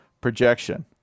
projection